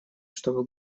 чтобы